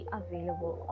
available